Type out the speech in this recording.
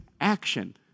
action